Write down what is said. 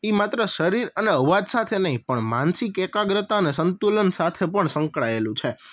એ માત્ર શરીર અને અવાજ સાથે નહીં પણ માનસિક એકાગ્રતા અને સંતુલન સાથે પણ સંકળાયેલું છે